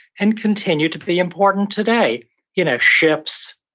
and continue to be important today you know, ships,